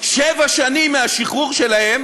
שבע שנים מהשחרור שלהם